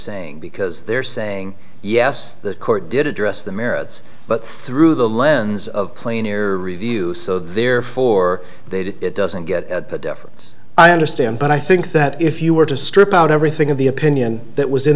saying because they're saying yes the court did address the merits but through the lens of clean air review so therefore they did it doesn't get the difference i understand but i think that if you were to strip out everything in the opinion that was in